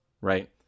right